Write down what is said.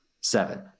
seven